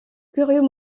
curieux